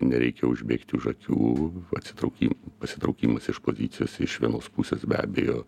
nereikia užbėgti už akių atsitraukim pasitraukimas iš pozicijos iš vienos pusės be abejo